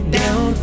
down